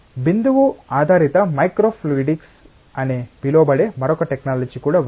బిందువు ఆధారిత micro fluidics అని పిలువబడే మరొక టెక్నాలజీ కూడా ఉంది